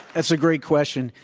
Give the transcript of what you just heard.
that's a great question.